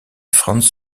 franz